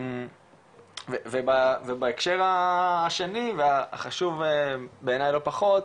ובהקשר השני והחשוב בעיני לא פחות,